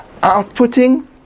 outputting